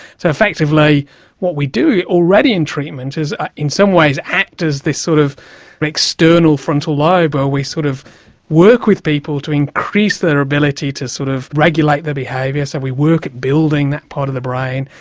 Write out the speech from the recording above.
so effectively what we do already in treatment is in some ways act as this sort of external frontal lobe, where we sort of work with people to increase their ability to sort of regulate their behaviour. so we work at building that part of the brain.